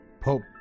Pope